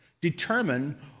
determine